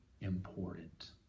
important